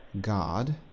God